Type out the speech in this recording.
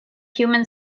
human